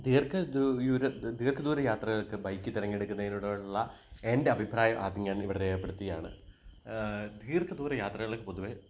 ദീർഘദൂ യൂര ദീർഘദൂര യാത്രകൾക്ക് ബൈക്ക് തിരഞ്ഞെടുക്കുന്നതിനോടുള്ള എൻ്റെ അഭിപ്രായം ആദ്യം ഞാൻ ഇവിടെ രേഖപ്പെടുത്തുകയാണ് ദീർഘദൂര യാത്രകൾ പൊതുവേ